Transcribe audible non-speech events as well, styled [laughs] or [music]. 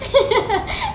[laughs]